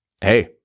hey